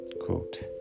quote